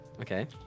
Okay